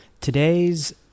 Today's